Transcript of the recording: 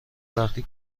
وقتی